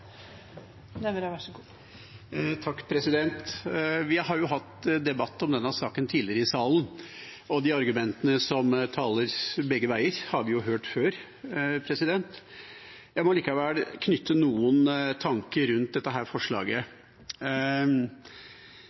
Vi har jo hatt debatt om denne saken tidligere i salen, og argumentene som blir uttalt begge veier, har vi hørt før. Jeg må likevel komme med noen tanker rundt dette forslaget.